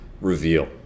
reveal